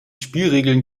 spielregeln